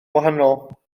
wahanol